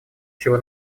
чего